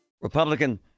Republican